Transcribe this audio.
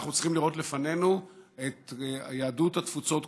אנחנו צריכים לראות לפנינו את יהדות התפוצות כולה,